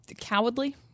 cowardly